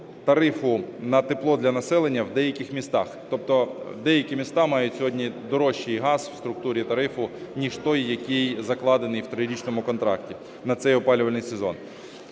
тарифу на тепло в деяких містах. Тобто деякі міста мають сьогодні дорожчий газ в структурі тарифу, ніж той, який закладений в трирічному контракті на цей опалювальний сезон.